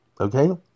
Okay